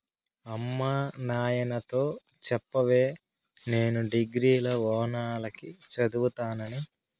అమ్మ నాయనతో చెప్పవే నేను డిగ్రీల ఓనాల కి చదువుతానని